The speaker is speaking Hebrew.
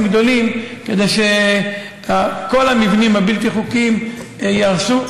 גדולים שכל המבנים הבלתי-חוקיים ייהרסו,